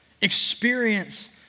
experience